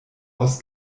aus